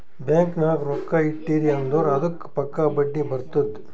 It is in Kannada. ಬ್ಯಾಂಕ್ ನಾಗ್ ರೊಕ್ಕಾ ಇಟ್ಟಿರಿ ಅಂದುರ್ ಅದ್ದುಕ್ ಪಕ್ಕಾ ಬಡ್ಡಿ ಬರ್ತುದ್